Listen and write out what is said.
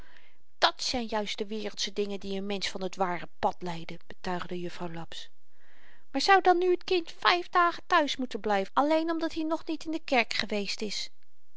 dat zyn juist de wereldsche dingen die n mensch van t ware pad leiden betuigde juffrouw laps maar zou dan nu t kind vyf dagen thuis moeten blyven alleen omdat i nog niet in de kerk geweest is